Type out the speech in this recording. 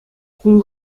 кун